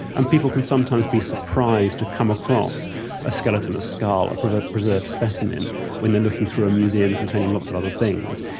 and people can sometimes be surprised to come across a skeleton, a skull, a preserved preserved specimen when they're looking through a museum containing lots of other things.